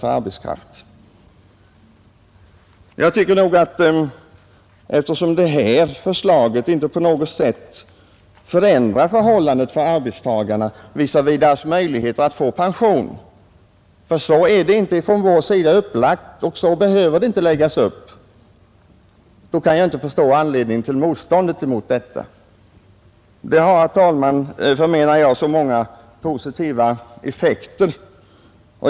äldre arbetskraft Eftersom det här förslaget inte på något sätt förändrar förhållandet för arbetstagarna visavi deras möjligheter att få pension — ty så är det inte från vår sida upplagt och så behöver det inte läggas upp — så kan jag inte förstå anledningen till motståndet. Förslaget har, anser jag, så många positiva effekter.